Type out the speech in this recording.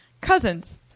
Cousins